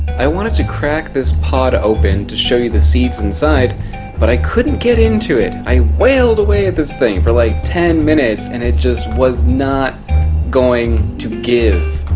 i wanted to crack this pod open to show you the seeds inside inside but i couldn't get into it. i wailed away at this thing for like ten minutes and it just was not going to give.